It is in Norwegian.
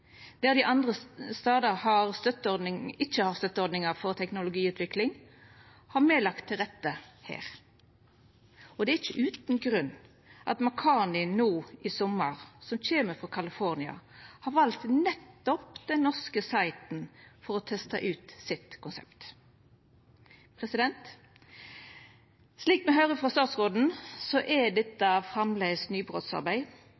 Der dei andre stadar ikkje har støtteordningar for teknologiutvikling, har me lagt til rette her. Og det er ikkje utan grunn at Makani frå California no i sommar har vald nettopp ein norsk «site» for å testa ut sitt konsept. Slik me høyrer frå statsråden, er